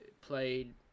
Played